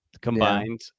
combined